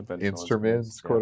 instruments